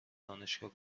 دانشگاه